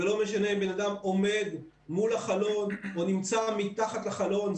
ולא משנה אם בן אדם עומד מול החלון או נמצא מתחת לחלון,